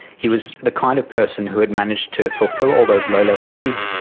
he was the kind of person who had managed to fulfil all those low-level needs,